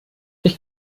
ich